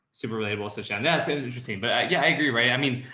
super relatable. so shanda. it's and interesting. but yeah, i agree. right. i mean,